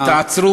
תעצרו